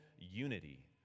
unity